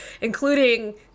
including